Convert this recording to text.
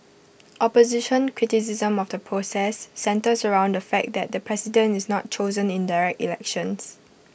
opposition criticism of the process centres around the fact that the president is not chosen in direct elections